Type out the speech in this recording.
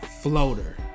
floater